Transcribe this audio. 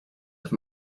have